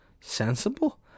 sensible